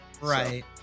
Right